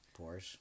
Porsche